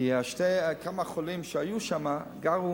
כי כמה חולים שהיו שם גרו